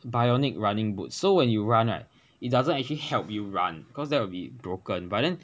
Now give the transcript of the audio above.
bionic running boots so when you run right it doesn't actually help you run because that will be broken but then